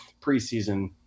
preseason